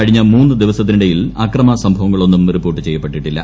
കഴിഞ്ഞ് ്മൂന്ന് ദിവസത്തിനിടയിൽ അക്രമ സംഭവങ്ങളൊന്നും റിപ്പോർട്ട് ക്ഷ്യൂപ്പെട്ടിട്ടില്ല